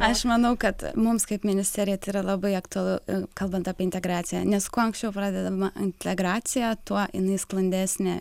aš manau kad mums kaip ministerijai tai yra labai aktualu kalbant apie integraciją nes kuo anksčiau pradedama integracija tuo jinai sklandesnė